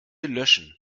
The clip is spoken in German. löschen